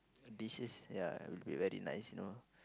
dishes ya will be very nice you know